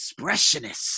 expressionists